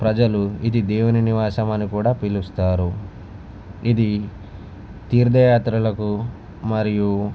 ప్రజలు ఇది దేవుని నివాసం అని కూడా పిలుస్తారు ఇది తీర్ధ యాత్రలకు మరియు